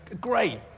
Great